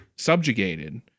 subjugated